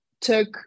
took